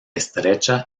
estrecha